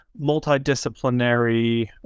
multidisciplinary